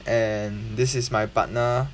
and this is my partner